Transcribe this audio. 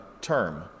term